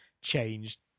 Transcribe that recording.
changed